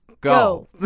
go